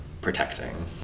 protecting